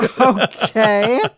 Okay